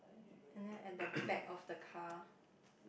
and then at the back of the car